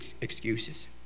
excuses